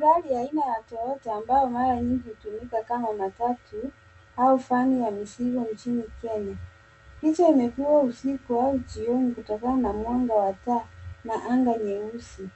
Gari aina ya Toyota ambayo mara nyingi hutumika kama matatu au van ya mizigo nchini Kenya. Picha imepigwa usiku au jioni kutokana na mwanga wa taa na anga nyeusi.